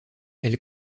elle